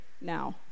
now